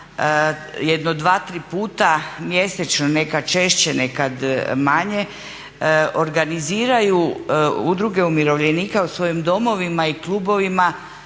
jedno dva, tri puta mjesečno, nekad češće, nekad manje organiziraju udruge umirovljenika u svojim domovima i klubovima